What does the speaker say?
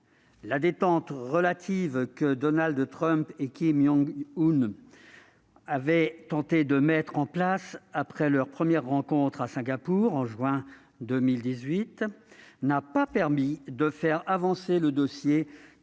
La détente relative que Donald Trump et Kim Jong-un avaient tenté d'instaurer après leur première rencontre à Singapour, en juin 2018, n'a en effet pas permis de faire avancer le dossier